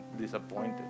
disappointed